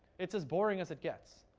it's as boring as it gets,